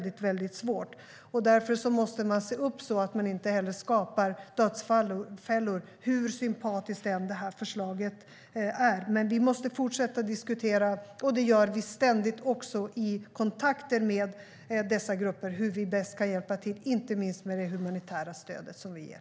Därför måste man se upp så att man inte skapar dödsfällor, hur sympatiskt förslaget än är. Vi måste fortsätta att diskutera. Det gör vi ständigt också i kontakter med dessa grupper när det handlar om hur vi bäst kan hjälpa till, inte minst med det humanitära stöd som vi ger.